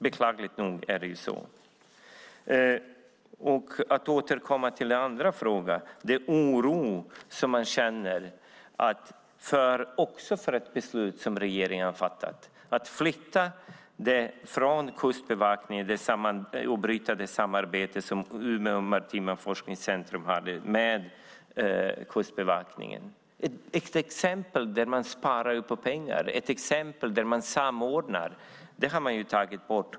Beklagligt nog är det så. För att återvända till den andra frågan vill jag peka på den oro man känner för ett beslut som regeringen har fattat, att bryta det samarbete som Umeå marina forskningscentrum hade med Kustbevakningen, ett exempel på att man sparade pengar och samordnade. Det har man tagit bort.